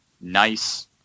nice